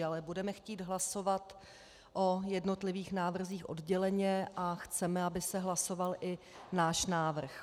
Ale budeme chtít hlasovat o jednotlivých návrzích odděleně a chceme, aby se hlasoval i náš návrh.